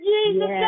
Jesus